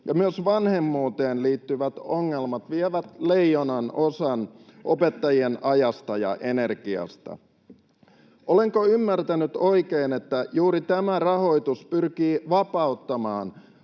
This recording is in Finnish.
ja myös vanhemmuuteen liittyvät ongelmat vievät leijonanosan opettajien ajasta ja energiasta. Olenko ymmärtänyt oikein, että juuri tämä rahoitus pyrkii vapauttamaan